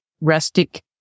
rustic